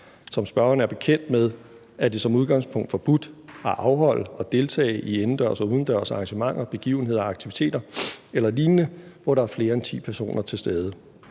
Som spørgeren er bekendt med, er det som udgangspunkt forbudt at afholde og deltage i indendørs og udendørs arrangementer, begivenheder og aktiviteter eller lignende, hvor der er flere end ti personer til stede.